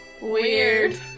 Weird